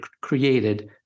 created